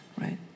right